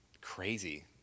crazy